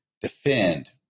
defend